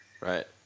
Right